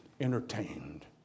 entertained